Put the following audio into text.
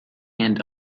and